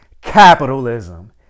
Capitalism